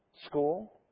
School